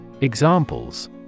Examples